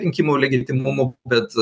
rinkimų legitimumu bet